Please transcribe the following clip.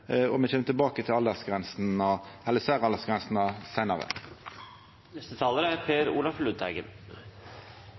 og me kjem tilbake til